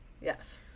Yes